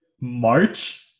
March